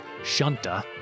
Shunta